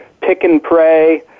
pick-and-pray